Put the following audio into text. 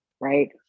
right